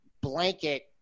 blanket